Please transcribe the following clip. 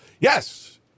Yes